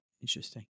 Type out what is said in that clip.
Interesting